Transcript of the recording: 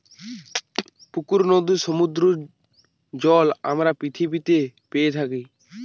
পুকুর, নদীর, সমুদ্রের জল আমরা পৃথিবীতে পেয়ে থাকি